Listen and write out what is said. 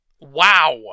Wow